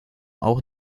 auch